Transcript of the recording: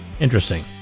Interesting